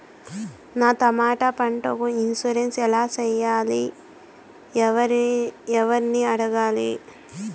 నా టమోటా పంటకు ఇన్సూరెన్సు ఎలా చెయ్యాలి? ఎవర్ని అడగాలి?